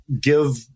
give